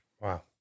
Wow